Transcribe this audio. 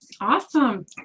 Awesome